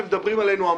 אתם מדברים עלינו המון.